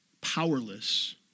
powerless